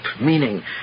meaning